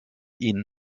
ihn